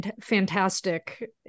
fantastic